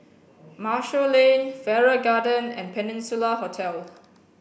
Marshall Lane Farrer Garden and Peninsula Hotel